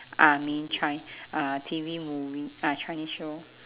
I mean chi~ uh T_V movie ah chinese show